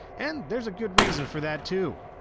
and there's a good reason for that, too.